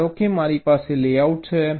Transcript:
ધારો કે મારી પાસે લેઆઉટ છે